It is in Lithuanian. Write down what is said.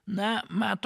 na matot